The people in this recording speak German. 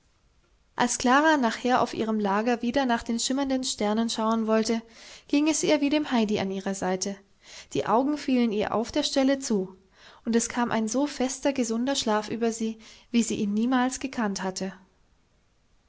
als klara nachher auf ihrem lager wieder nach den schimmernden sternen schauen wollte ging es ihr wie dem heidi an ihrer seite die augen fielen ihr auf der stelle zu und es kam ein so fester gesunder schlaf über sie wie sie ihn niemals gekannt hatte